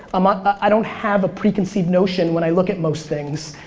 um ah i don't have a preconceived notion when i look at most things,